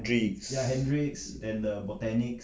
Hendrix